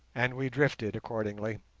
and we drifted accordingly.